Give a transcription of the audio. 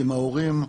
עם ההורים,